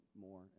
more